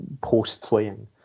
post-playing